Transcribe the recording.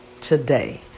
today